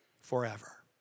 forever